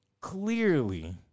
Clearly